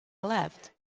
left